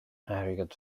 airgead